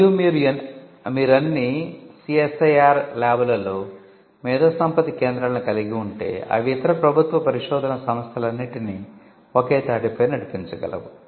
మరియు మీరు అన్ని సిఎస్ఐఆర్ ల్యాబ్లలో మేధోసంపత్తి కేంద్రాలను కలిగి ఉంటే అవి ఇతర ప్రభుత్వ పరిశోధనా సంస్థలన్నింటిని ఒకే తాటిపై నడిపించగలవు